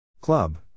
Club